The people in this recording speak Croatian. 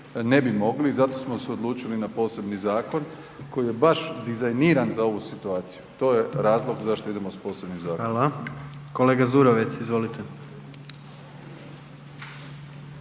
ne bi mogli i zato smo se odlučili na posebni zakon koji je baš dizajniran za ovu situaciju, to je razlog zašto idemo s posebnim zakonom. **Jandroković, Gordan